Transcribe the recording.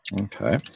Okay